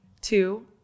two